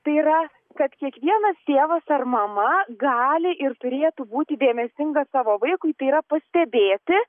tai yra kad kiekvienas tėvas ar mama gali ir turėtų būti dėmesinga savo vaikui tai yra pastebėti